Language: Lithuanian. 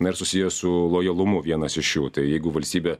na ir susijęs su lojalumu vienas iš jų tai jeigu valstybė